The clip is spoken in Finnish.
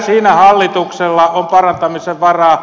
siinä hallituksella on parantamisen varaa